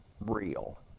real